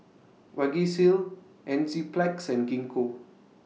Vagisil Enzyplex and Gingko